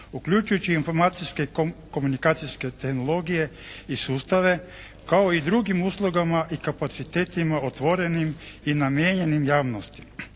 uključujući informacijske i komunikacijske tehnologije i sustave kao i drugim uslugama i kapacitetima otvorenim i namijenjenim javnosti